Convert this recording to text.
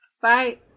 Bye